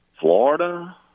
Florida